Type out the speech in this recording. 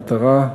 מטרה,